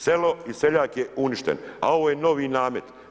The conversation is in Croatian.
Selo i seljak je uništen, a ovo je novi namet.